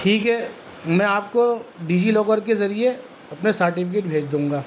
ٹھیک ہے میں آپ کو ڈیجی لاکر کے ذریعے اپنے سارٹیفکٹ بھیج دوں گا